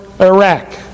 Iraq